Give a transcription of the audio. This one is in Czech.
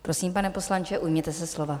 Prosím, pane poslanče, ujměte se slova.